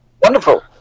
Wonderful